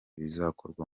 bizakorwa